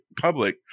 public